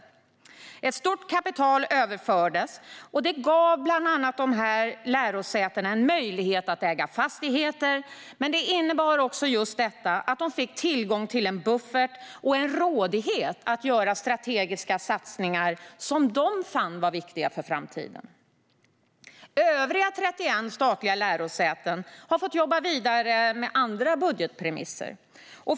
Ett stort kapital överfördes, och det gav lärosätena bland annat en möjlighet att äga fastigheter. Men det innebar också att de fick tillgång till en buffert och en rådighet att göra strategiska satsningar som de fann var viktiga för framtiden. Övriga 31 statliga lärosäten har fått jobba vidare med andra budgetpremisser.